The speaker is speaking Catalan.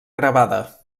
gravada